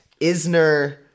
Isner